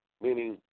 meaning